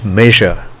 measure